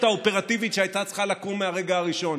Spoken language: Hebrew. האופרטיבית שהייתה צריכה לקום מהרגע הראשון.